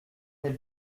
quel